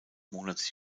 monats